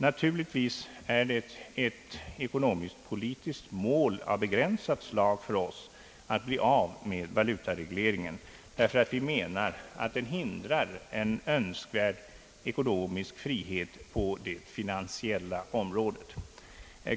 Naturligtvis är det ett ekonomiskpolitiskt mål av begränsat slag för oss att bli av med valutaregleringen, därför att vi menar att den hindrar en önskvärd ekonomisk frihet på det finansiella området.